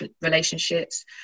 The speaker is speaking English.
relationships